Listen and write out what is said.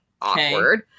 awkward